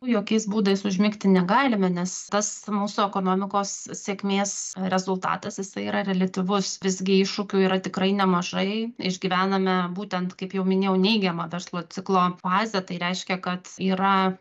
jokiais būdais užmigti negalime nes tas mūsų ekonomikos sėkmės rezultatas jisai yra reliatyvus visgi iššūkių yra tikrai nemažai išgyvename būtent kaip jau minėjau neigiamą verslo ciklo fazę tai reiškia kad yra